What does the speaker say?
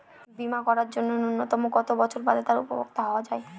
বীমা করার জন্য ন্যুনতম কত বছর বাদে তার উপভোক্তা হওয়া য়ায়?